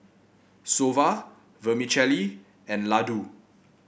Soba Vermicelli and Ladoo